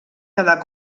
quedar